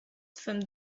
twym